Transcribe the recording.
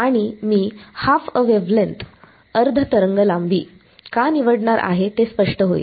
आणि मी half a वेवलेंथअर्ध तरंगलांबी half a wavelength का निवडणार आहे हे स्पष्ट होईल